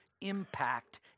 impact